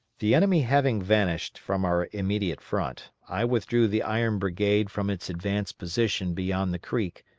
the enemy having vanished from our immediate front, i withdrew the iron brigade from its advanced position beyond the creek,